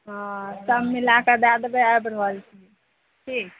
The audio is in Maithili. हँ सब मिला कऽ दए देबै आबि रहल छी ठीक